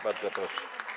Bardzo proszę.